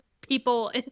people